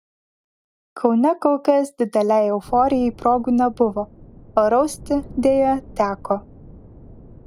kaune kol kas didelei euforijai progų nebuvo o rausti deja teko